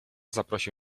zaprosił